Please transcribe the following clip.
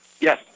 Yes